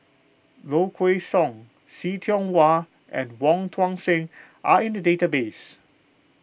Low Kway Song See Tiong Wah and Wong Tuang Seng are in the database